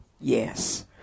Yes